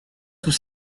tous